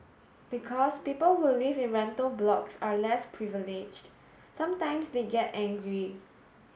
because people who live in rental blocks are less privileged sometimes they get angry